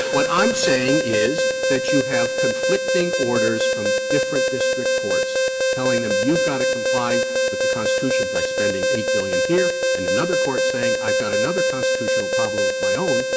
what i'm saying is that you have conflicting orders from different district courts telling them, you have got to comply with the constitution by spending eight billion here and another court saying, i have got another constitutional problem of my own,